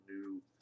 new